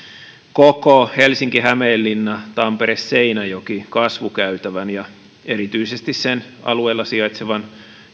koko helsinki hämeenlinna tampere seinäjoki kasvukäytävän ja erityisesti sen alueella sijaitsevan